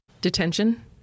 Detention